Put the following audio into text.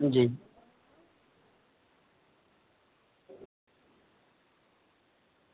हां जी